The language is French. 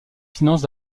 finances